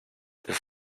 then